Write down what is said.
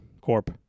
Corp